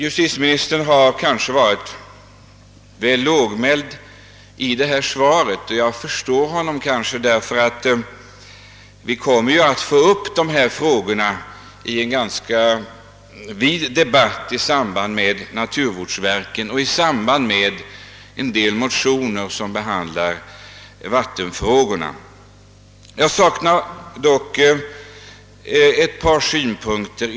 Justitieministern har kanske varit väl lågmäld i sitt svar, men jag förstår honom, eftersom vi kommer att få upp dessa frågor i en ganska vid debatt i samband med förslaget om ett naturvårdsverk och en del motioner som behandlar vattenproblemen. Jag saknar dock ett par synpunkter.